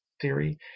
theory